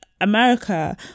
america